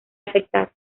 afectaron